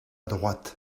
droite